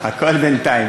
הכול בינתיים.